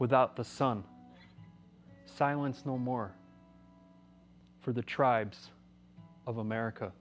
without the sun silence no more for the tribes of america